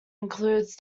includes